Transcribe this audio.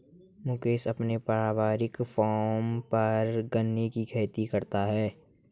मुकेश अपने पारिवारिक फॉर्म पर गन्ने की खेती करता है